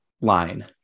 line